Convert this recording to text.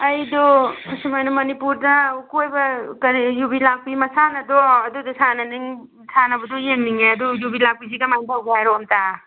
ꯑꯩꯗꯨ ꯑꯁꯨꯝ ꯍꯥꯏꯅ ꯃꯅꯤꯄꯨꯔꯗ ꯀꯣꯏꯕ ꯀꯔꯤ ꯌꯨꯕꯤ ꯂꯥꯛꯄꯤ ꯃꯁꯥꯟꯅꯗꯣ ꯑꯗꯨꯗꯣ ꯁꯥꯟꯅꯕꯗꯨ ꯌꯦꯡꯅꯤꯡꯉꯦ ꯑꯗꯨ ꯌꯨꯕꯤ ꯂꯥꯛꯄꯤꯁꯤ ꯀꯃꯥꯏꯅ ꯇꯧꯒꯦ ꯍꯥꯏꯔꯛꯑꯣ ꯑꯃꯨꯛꯇ